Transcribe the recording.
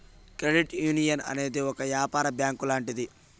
credit union అనేది ఒక యాపార బ్యాంక్ లాంటిది